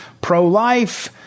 pro-life